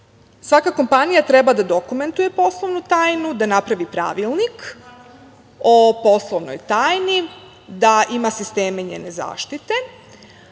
Svaka kompanija treba da dokumentuje poslovnu tajnu, da napravi pravilnik o poslovnoj tajni, da ima sisteme njene zaštite,